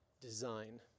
design